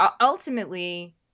ultimately